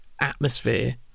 atmosphere